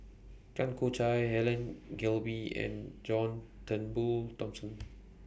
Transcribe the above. Tan Choo Kai Helen Gilbey and John Turnbull Thomson